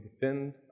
defend